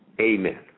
Amen